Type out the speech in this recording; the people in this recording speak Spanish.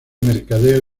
mercadeo